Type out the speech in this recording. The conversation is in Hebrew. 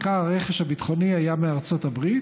עיקר הרכש הביטחוני היה מארצות הברית,